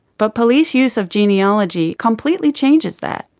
but police use of genealogy completely changes that,